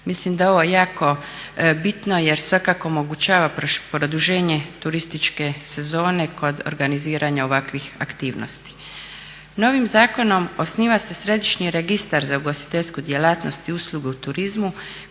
Mislim da je ovo jako bitno jer svakako omogućava produženje turističke sezone kod organiziranja ovakvih aktivnosti. Novim zakonom osniva se središnji registar za ugostiteljsku djelatnost i usluge u turizmu